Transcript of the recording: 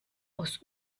aus